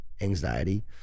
anxiety